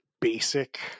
basic